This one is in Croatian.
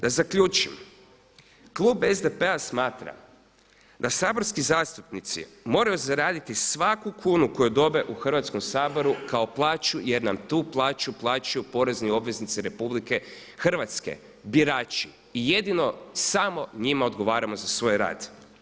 Da zaključim, klub SDP-a smatra da saborski zastupnici moraju zaraditi svaku kunu koju dobe u Hrvatskom saboru kao plaću jer nam tu plaću uplaćuju porezni obveznici RH birači i jedino samo njima odgovaramo za svoj rad.